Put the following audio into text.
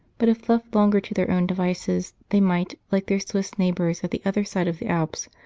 but if left longer to their own devices they might, like their swiss neighbours at the other side of the alps,